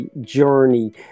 journey